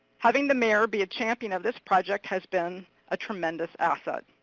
having the mayor be a champion of this project has been a tremendous asset.